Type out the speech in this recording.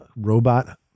robot